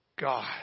God